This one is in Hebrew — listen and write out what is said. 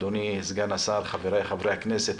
אדוני סגן השר וחבריי חברי הכנסת,